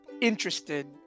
interested